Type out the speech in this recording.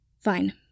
Fine